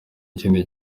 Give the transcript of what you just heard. ikindi